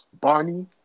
Barney